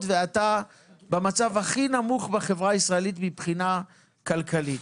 ואתה במצב הכי נמוך בחברה הישראלית מבחינה כלכלית.